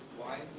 why